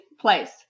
place